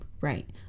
Right